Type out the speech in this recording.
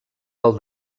del